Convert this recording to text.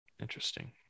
Interesting